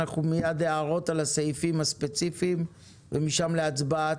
נפנה מיד להערות על הסעיפים הספציפיים ומשם להצבעה.